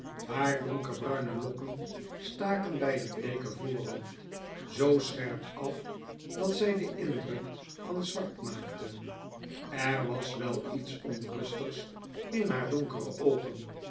haar donkerbruine lokken staken bij het bleeke voorhoofd zoo scherp af dat zij den indruk van zwart maakten er was wel iets onrustigs in haar donkere oogen